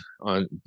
on